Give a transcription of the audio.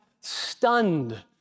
stunned